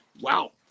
wow